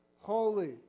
holy